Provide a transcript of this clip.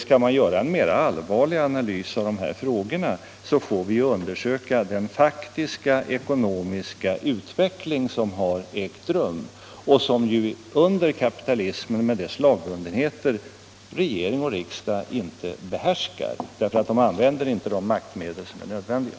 Skall vi göra en allvarligare analys av dessa frågor får vi undersöka den faktiska ekonomiska utveckling som har ägt rum och som regering och riksdag under kapitalismen med dess lagbundenhet inte behärskar därför att de inte använder de maktmedel som är nödvändiga.